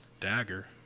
Dagger